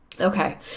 Okay